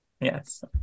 Yes